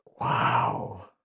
Wow